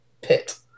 pit